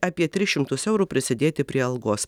apie tris šimtus eurų prisidėti prie algos